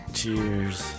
Cheers